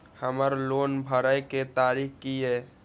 हमर लोन भरय के तारीख की ये?